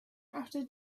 after